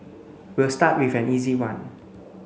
we'll start with an easy one